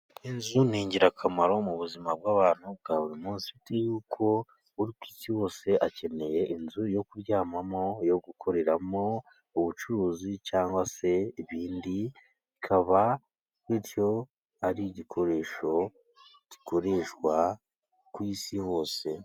Inzu ni ingirakamaro mu buzima bw'abantu bwa buri munsi. Bitewe nuko uri ku isi wese akeneye inzu yo kuryamamo, yo gukoreramo ubucuruzi cyangwa se n'ibindi. Bikaba bityo ari igikoresho gikoreshwa ku isi hose.